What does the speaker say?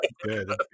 Good